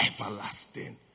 Everlasting